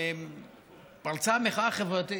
פרצה מחאה חברתית.